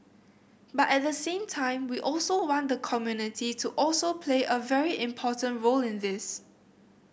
but at the same time we also want the community to also play a very important role in this